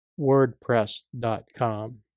WordPress.com